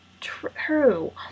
true